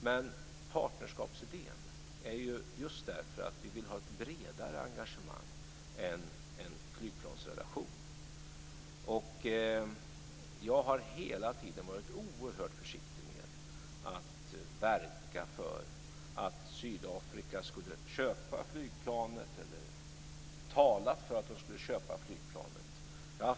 Men partnerskapsidén innebär ett bredare engagemang än en flygplansrelation. Jag har hela tiden varit oerhört försiktig med att verka för eller tala för att Sydafrika skulle köpa flygplanet.